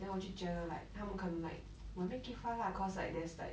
then 我就觉得 like 他们可能 like won't make it far lah cause like there's like